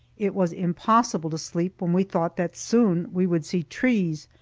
it was impossible to sleep when we thought that soon we would see trees,